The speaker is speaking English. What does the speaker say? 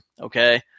okay